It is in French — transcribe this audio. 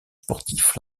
sportifs